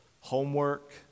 homework